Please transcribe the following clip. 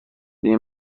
این